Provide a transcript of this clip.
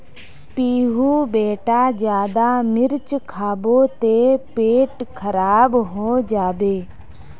पीहू बेटा ज्यादा मिर्च खाबो ते पेट खराब हों जाबे